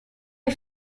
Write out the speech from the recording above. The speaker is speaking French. est